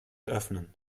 öffnen